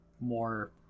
more